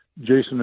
Jason